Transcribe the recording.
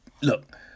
look